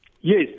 Yes